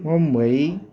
Mumbai